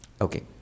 Okay